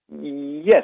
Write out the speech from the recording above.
Yes